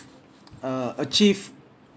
uh achieve